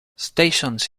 stations